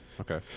Okay